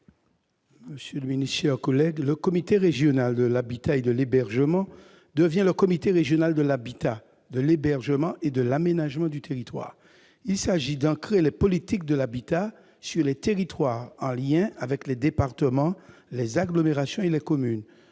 M. Maurice Antiste. Il est proposé que le comité régional de l'habitat et de l'hébergement, ou CRHH, devienne le comité régional de l'habitat, de l'hébergement et de l'aménagement du territoire. Il s'agit d'ancrer les politiques de l'habitat dans les territoires, en lien avec les départements, les agglomérations et les communes.